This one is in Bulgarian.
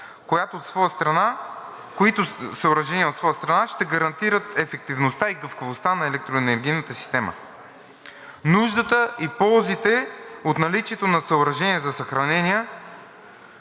които съоръжения от своя страна ще гарантират ефективността и гъвкавостта на електроенергийната система. Нуждата и ползите от наличието на съоръжения за съхранениe